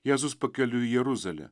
jėzus pakeliui į jeruzalę